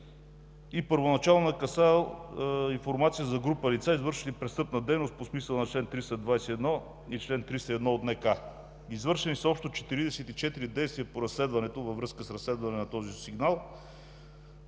Първоначално е касаел информация за група лица, извършващи престъпна дейност по смисъла на чл. 321 и чл. 301 от НК. Извършени са общо 44 действия по разследването във връзка с разследване на този сигнал,